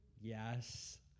yes